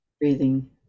breathing